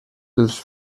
dels